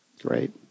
Great